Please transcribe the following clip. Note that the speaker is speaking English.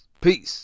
peace